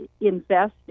invest